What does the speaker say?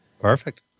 Perfect